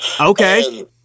Okay